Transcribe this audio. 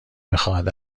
بخواهد